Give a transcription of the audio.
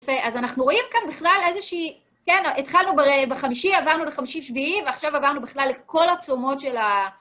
אז אנחנו רואים כאן בכלל איזשהי... כן, התחלנו בחמישי, עברנו לחמישי, שביעי, ועכשיו עברנו בכלל לכל הצומות של ה...